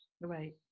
Right